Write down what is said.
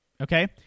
Okay